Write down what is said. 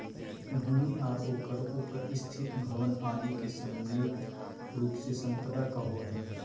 भूमि आर ओकर उपर स्थित भवन आदि के सम्मिलित रूप से सम्पदा कहो हइ